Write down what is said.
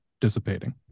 dissipating